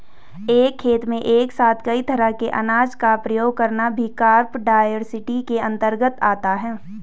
एक खेत में एक साथ कई तरह के अनाज का प्रयोग करना भी क्रॉप डाइवर्सिटी के अंतर्गत आता है